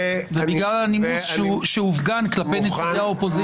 בגלל הנימוס שהופגן כלפי נציגי האופוזיציה.